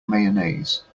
mayonnaise